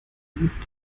ist